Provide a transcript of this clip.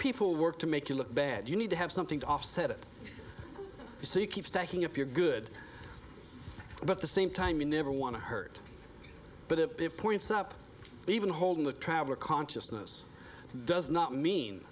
people work to make you look bad you need to have something to offset it so you keep stacking up you're good but the same time you never want to hurt but if it points up even holding the traveler consciousness does not mean